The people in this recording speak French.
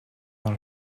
dans